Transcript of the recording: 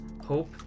hope